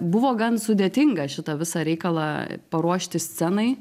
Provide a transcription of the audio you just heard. buvo gan sudėtinga šitą visą reikalą paruošti scenai